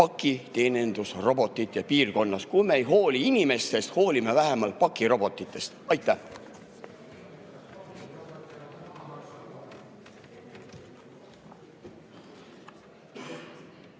pakirobotite piirkonnas. Kui me ei hooli inimestest, siis hoolime vähemalt pakirobotitest. Aitäh!